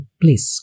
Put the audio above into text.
please